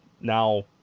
now